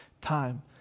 time